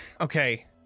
okay